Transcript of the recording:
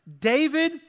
David